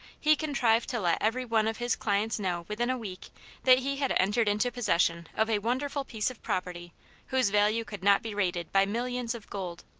he contrived to let every one of his clients know within a week that he had entered into possession of a wonderful piece of property whose value could not be rated by millions of gold.